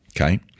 okay